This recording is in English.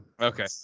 Okay